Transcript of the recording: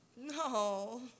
No